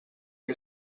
que